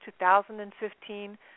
2015